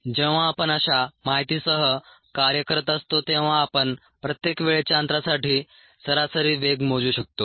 जेव्हा आपण अशा माहितीसह कार्य करत असतो तेव्हा आपण प्रत्येक वेळेच्या अंतरासाठी सरासरी वेग मोजू शकतो